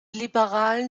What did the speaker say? liberalen